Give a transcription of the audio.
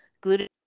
gluten